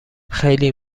خیلی